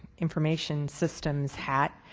information systems hat,